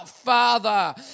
Father